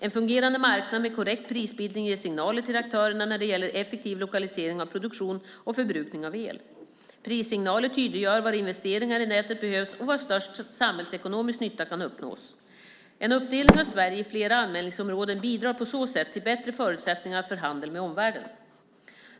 En fungerande marknad med korrekt prisbildning ger signaler till aktörerna när det gäller effektiv lokalisering av produktion och förbrukning av el. Prissignaler tydliggör var investeringar i nätet behövs och var störst samhällsekonomisk nytta kan uppnås. En uppdelning av Sverige i flera anmälningsområden bidrar på så sätt till bättre förutsättningar för handel med omvärlden.